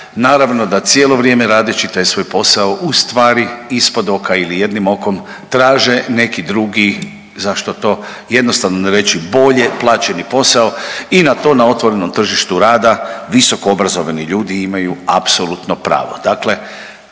naravno da cijelo vrijeme radeći taj svoj posao ustvari ispod oka ili jednim okom traže neki drugi zašto to jednostavno ne reći bolje plaćeni posao i na to na otvorenom tržištu rada visokoobrazovani ljudi imaju apsolutno pravo. Dakle,